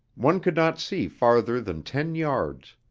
one could not see farther than ten yards.